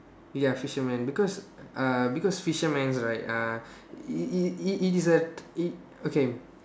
ya fisherman because uh because fisherman right uh it it it is a it okay